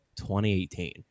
2018